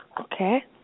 Okay